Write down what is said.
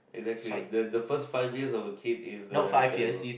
exactly the the first five years of a kid is damn terrible